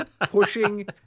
pushing